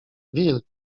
wilk